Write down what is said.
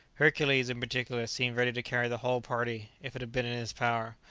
hercules, in particular, seemed ready to carry the whole party, if it had been in his power.